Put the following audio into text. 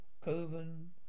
Coven